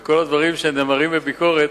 כל הדברים שנאמרים בביקורת,